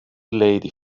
lady